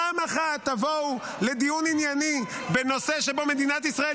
פעם אחת תבואו לדיון ענייני בנושא שבו מדינת ישראל